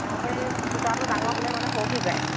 নহ'বা এই ফুটাটো ডাঙৰ হ'লে মানে সৰকি যায়